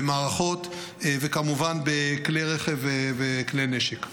במערכות וכמובן בכלי רכב וכלי נשק.